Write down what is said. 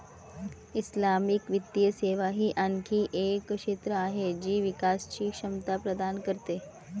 Islamic वित्तीय सेवा ही आणखी एक क्षेत्र आहे जी विकासची क्षमता प्रदान करते